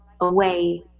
away